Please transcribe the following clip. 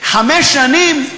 חמש שנים?